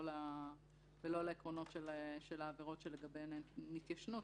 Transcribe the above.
לעקרונות של העבירות שלגביהן אין התיישנות.